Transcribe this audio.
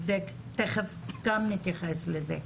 תיכף גם נתייחס לזה,